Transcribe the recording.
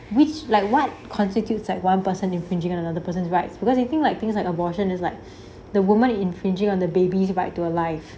which like what constitutes like one person infringing on another person's rights because they think like things like abortion is like the woman infringing on the babies right to a life